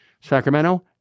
Sacramento